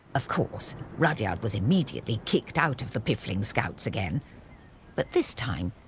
of course, rudyard was immediately kicked out of the piffling scouts again but this time,